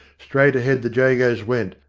straight ahead the jagos went,